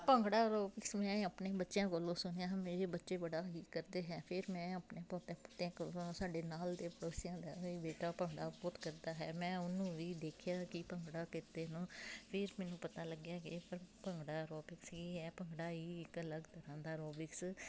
bhangra aerobics ਮੈਂ ਆਪਣੇ ਬੱਚਿਆਂ ਕੋਲੋਂ ਸੁਣਿਆ ਮੇਰੇ ਬੱਚੇ ਬੜਾ ਹੀ ਕਰਦੇ ਹੈ ਅਤੇ ਮੈਂ ਆਪਣੇ ਪੋਤੇ ਪੋਤਿਆਂ ਕੋਲੋਂ ਸਾਡੇ ਨਾਲ ਦੇ ਪੜੋਸੀਆਂ ਦਾ ਵੀ ਬੇਟਾ ਭੰਗੜਾ ਬਹੁਤ ਕਰਦਾ ਹੈ ਮੈਂ ਉਹਨੂੰ ਵੀ ਦੇਖਿਆ ਕਿ ਭੰਗੜਾ ਕੀਤੇ ਨੂੰ ਫਿਰ ਮੈਨੂੰ ਪਤਾ ਲੱਗਿਆ ਕਿ ਇਹ ਭੰਗੜਾ ਐਰੋਬਿਕਸ ਹੀ ਹੈ ਭੰਗੜਾ ਹੀ ਇੱਕ ਅਲੱਗ ਤਰ੍ਹਾਂ ਦਾ ਐਰੋਬਿਕਸ